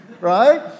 right